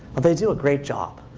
but they do a great job.